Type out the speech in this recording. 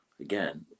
again